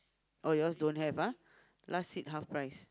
oh yours don't have ah last seat half price